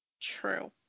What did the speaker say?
True